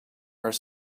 are